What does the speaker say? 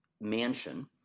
mansion